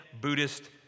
Buddhist